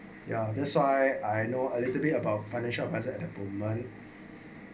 ya that's why I know a little bit about financial advisor and improvement